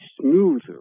smoother